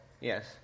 Yes